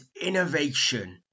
innovation